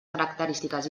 característiques